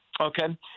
Okay